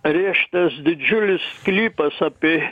rėžtas didžiulis sklypas apie